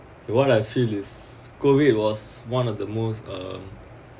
what I feel is COVID was one of the most um